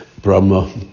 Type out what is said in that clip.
Brahma